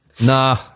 Nah